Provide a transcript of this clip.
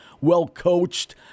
well-coached